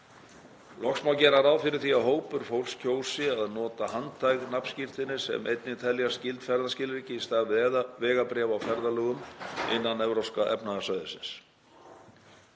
Loks má gera ráð fyrir því að hópur fólks kjósi að nota handhæg nafnskírteini sem einnig teljast gild ferðaskilríki í stað vegabréfa á ferðalögum innan Evrópska efnahagssvæðisins.